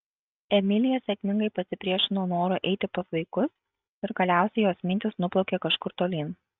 emilija sėkmingai pasipriešino norui eiti pas vaikus ir galiausiai jos mintys nuplaukė kažkur tolyn